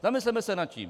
Zamysleme se nad tím.